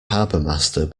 harbourmaster